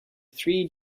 three